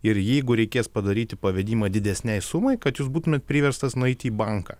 ir jeigu reikės padaryti pavedimą didesnei sumai kad jūs būtumėt priverstas nueiti į banką